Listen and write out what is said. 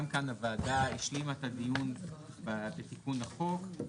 גם כאן הוועדה השלימה את הדיון ואת התיקון לחוק